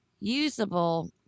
usable